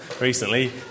recently